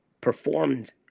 performed